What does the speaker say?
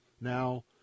Now